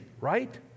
right